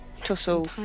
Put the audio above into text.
tussle